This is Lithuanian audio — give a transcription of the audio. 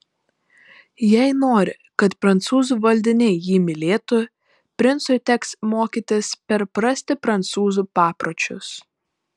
jei nori kad prancūzų valdiniai jį mylėtų princui teks mokytis perprasti prancūzų papročius